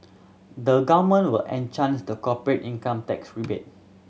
the Government will an chance the corporate income tax rebate